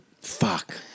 Fuck